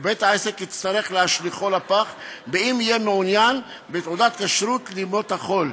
ובית-העסק יצטרך להשליכו לפח אם יהיה מעוניין בתעודת כשרות לימות החול.